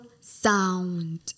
sound